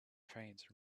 trains